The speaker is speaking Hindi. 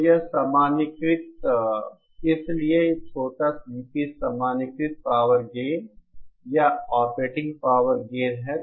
तो यह सामान्यीकृत है इसलिए यह छोटा GP सामान्यीकृत पावर गेन या ऑपरेटिंग पावर गेन है